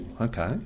okay